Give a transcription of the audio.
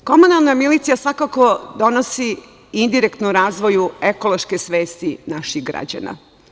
Komunalna milicija svakako donosi indirektno razvoju ekološke svesti naših građana.